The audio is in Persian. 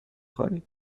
خوانید